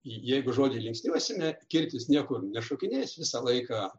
jeigu žodį linksniuosime kirtis niekur nešokinės visą laiką